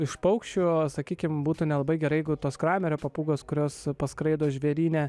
iš paukščių sakykim būtų nelabai gerai jeigu tos kramerio papūgos kurios paskraido žvėryne